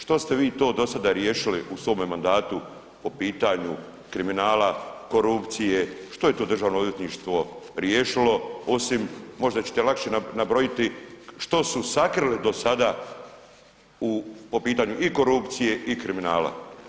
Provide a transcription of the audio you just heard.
Što ste vi to do sada riješili u svome mandatu po pitanju kriminala, korupcije, što je do Državno odvjetništvo riješilo, osim, možda ćete lakše nabrojati što su sakrili do sada u, po pitanju i korupcije i kriminala?